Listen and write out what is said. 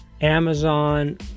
Amazon